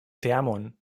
teamon